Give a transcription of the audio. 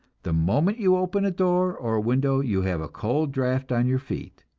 the moment you open a door or window, you have a cold draft on your feet,